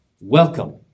welcome